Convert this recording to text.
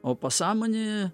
o pasąmonė